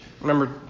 Remember